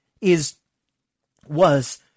is—was